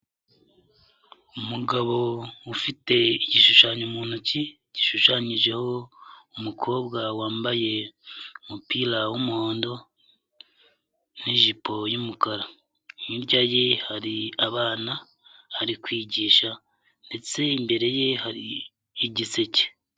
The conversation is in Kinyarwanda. Umugabo ufite igishushanyo mu ntoki gishushanyijeho umukobwa wambaye umupira w'umuhondo n'ijipo y'umukara, hirya ye hari abana ari kwigisha ndetse imbere ye hari igiseke.